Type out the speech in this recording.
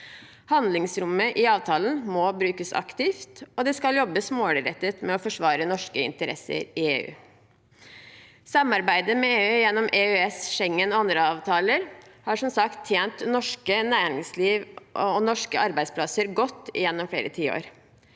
Handlingsrommet i avtalen må brukes aktivt, og det skal jobbes målrettet med å forsvare norske interesser i EU. Samarbeidet med EU gjennom EØS, Schengen og andre avtaler har som sagt tjent norsk næringsliv og norske arbeidsplasser godt gjennom flere tiår.